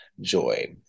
joy